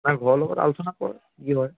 নাই ঘৰৰ লগত আলোচনা কৰ কি হয়